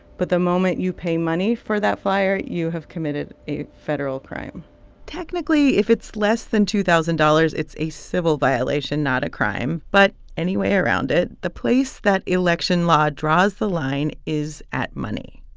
but the moment you pay money for that flyer, you have committed a federal crime technically, if it's less than two thousand dollars, it's a civil violation, not a crime. but anyway around it, the place that election law draws the line is at money.